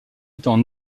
étant